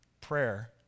Prayer